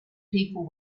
people